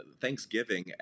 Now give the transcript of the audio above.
Thanksgiving